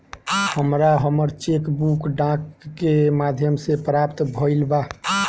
हमरा हमर cheque book डाक के माध्यम से प्राप्त भईल बा